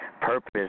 purpose